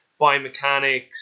biomechanics